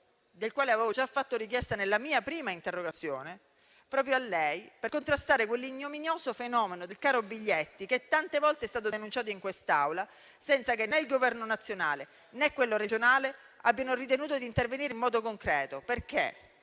del quale avevo già fatto richiesta nella mia prima interrogazione proprio a lei, per contrastare l'ignominioso fenomeno del caro biglietti, che tante volte è stato denunciato in quest'Aula senza che, né il Governo nazionale, né quello regionale abbiano ritenuto di intervenire in modo concreto.